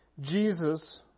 Jesus